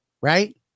right